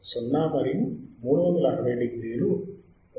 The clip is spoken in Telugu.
0 మరియు 360 డిగ్రీలు ఒకే విధంగా ఉంటాయి